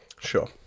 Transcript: Sure